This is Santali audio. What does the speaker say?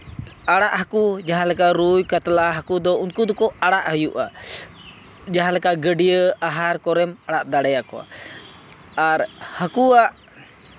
ᱟᱲᱟᱜ ᱦᱟᱹᱠᱩ ᱡᱟᱦᱟᱸᱞᱮᱠᱟ ᱨᱩᱭ ᱠᱟᱛᱞᱟ ᱦᱟᱹᱠᱩ ᱫᱚ ᱩᱱᱠᱩ ᱫᱚᱠᱚ ᱟᱲᱟᱜ ᱦᱩᱭᱩᱜᱼᱟ ᱡᱟᱦᱟᱸᱞᱮᱠᱟ ᱜᱟᱹᱰᱭᱟᱹ ᱟᱦᱟᱨ ᱠᱚᱨᱮᱢ ᱟᱲᱟᱜ ᱫᱟᱲᱮᱭᱟᱠᱚᱣᱟ ᱟᱨ ᱦᱟᱹᱠᱩᱣᱟᱜ